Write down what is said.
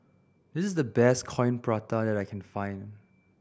this is the best Coin Prata that I can find